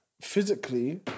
Physically